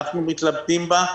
אנחנו מתלבטים בה,